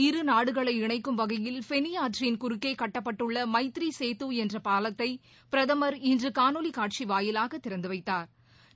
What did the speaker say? இருநாடுகளை இணைக்கும் வகையில் ஃபெனி ஆற்றின் குறுக்கே கட்டப்பட்டுள்ள னமத்ரி சேது என்ற பாலத்தை பிரதமர் இன்று காணொலி காட்சி வாயிலாக திறந்து வைத்தாா்